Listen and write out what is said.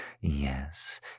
Yes